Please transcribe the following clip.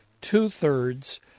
two-thirds